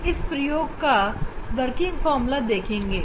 हम इस प्रयोग का वर्किंग फार्मूला देखेंगे